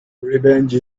revenge